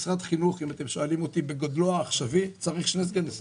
משרד חינוך אם אתם שואלים אותי בגודלו העכשווי צריך שני סגני שרים.